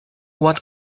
what